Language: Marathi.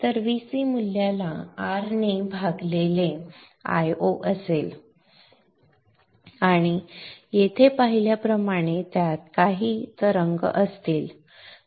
तर Vc मूल्याला R ने भागलेले Io असेल आणि येथे पाहिल्याप्रमाणे त्यात काही वेव्ह असतील